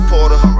Porter